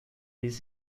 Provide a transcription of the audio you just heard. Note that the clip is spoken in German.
ließ